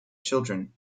children